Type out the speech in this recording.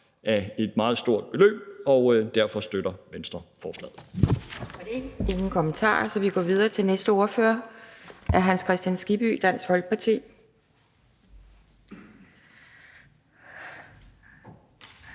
for et meget stort beløb. Derfor støtter Venstre forslaget.